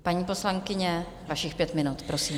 Paní poslankyně, vašich pět minut, prosím.